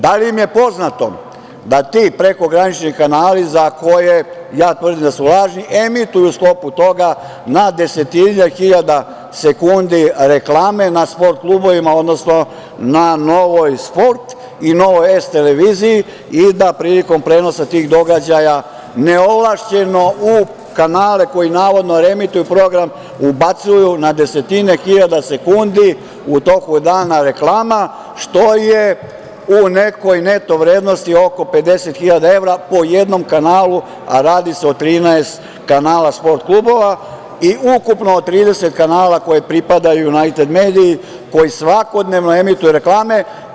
Da li im je poznato da ti prekogranični kanali za koje ja tvrdim da su lažni, emituju u sklopu toga na desetine hiljada sekundi reklame na sport klubovima, odnosno na Novoj sport i Novoj S televiziji i da prilikom prenosa tih događaja ne ovlašćeno u kanale koji navodno reemituju program ubacuju na desetine hiljada sekundi u toku dana reklama, što je u nekoj neto vrednosti oko pedeset hiljada evra po jednom kanalu, a radi se o 13 kanala sport klubova i ukupno 30 kanala koje pripadaju Junajted mediji koji svakodnevno emituje reklame.